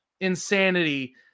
insanity